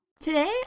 Today